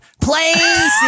place